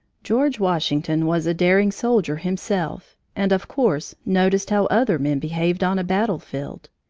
george washington was a daring soldier himself and of course noticed how other men behaved on a battlefield.